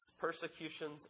persecutions